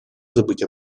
забыть